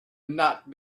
not